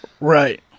Right